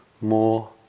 more